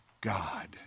God